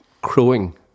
crowing